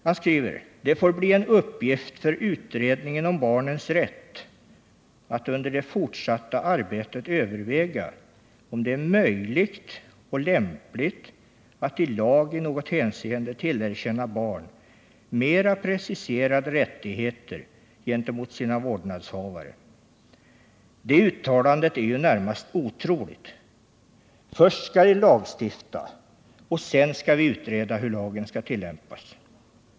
Han skriver: ”Det får bli en uppgift för utredningen om barnens rätt att under det fortsatta arbetet överväga om det är möjligt och lämpligt att i lag i något hänseende tillerkänna barn mera preciserade rättigheter gentemot sina vårdnadshavare.” Detta uttalande är ju närmast otroligt. Först skall vi lagstifta och sedan skall vi utreda hur lagen skall tillämpas.